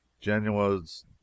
Genoa's